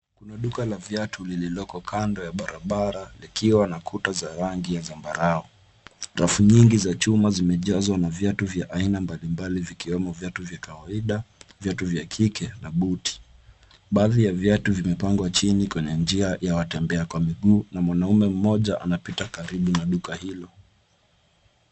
Kuna duka la viatu lililoko kando ya barabara likiwa na kuta za rangi ya zambarau. Rafu nyingi za chuma zimejazwa na viatu vya aina mbalimbali vikiwemo viatu vya kawaida, viatu vya kike na buti. Baadhi ya viatu vimepangwa chini kwenye njia ya watembea kwa miguu na mwanaume mmoja anapita karibu na duka hilo.